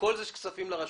הכול זה כספים לרשויות.